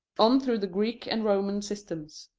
on through the greek and roman systems.